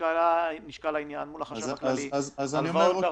האלה לא יודעים